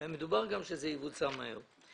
דובר גם שזה יבוצע מהר.